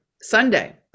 Sunday